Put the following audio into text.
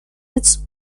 its